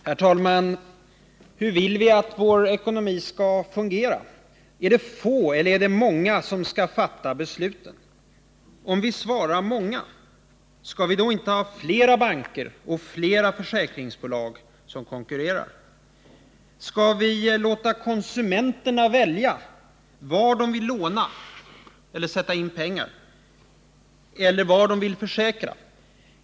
Herr talman! Hur vill vi att vår ekonomi skall fungera? Är det få eller är det många som skall fatta besluten? Om vi svarar många, skall vi då inte ha flera banker och flera försäkringsbolag som konkurrerar? Skall vi låta konsumenterna välja var de vill låna eller sätta in pengar och var de vill försäkra?